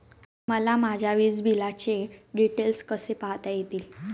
मला माझ्या वीजबिलाचे डिटेल्स कसे पाहता येतील?